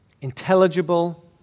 intelligible